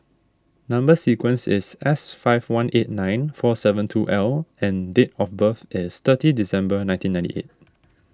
Number Sequence is S five one eight nine four seven two L and date of birth is thirty December nineteen ninety eight